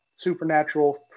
Supernatural